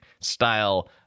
style